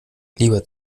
lieber